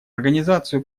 организацию